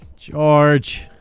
George